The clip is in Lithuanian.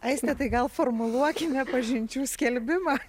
aiste tai gal formuluokime pažinčių skelbimą